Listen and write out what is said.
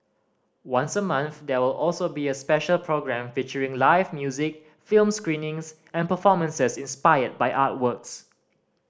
once a month there will also be a special programme featuring live music film screenings and performances inspired by artworks